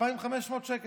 2,500 שקל,